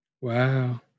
Wow